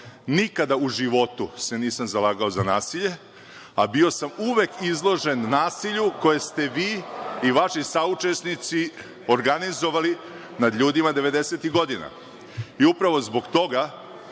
u životu se nisam zalagao za nasilje, a bio sam uvek izložen nasilju koje ste vi i vaši saučesnici organizovali nad ljudima devedesetih godina. Upravo zbog toga,